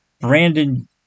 Brandon